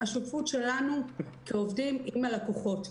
השותפות שלנו כעובדים עם הלקוחות.